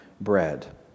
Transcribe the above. bread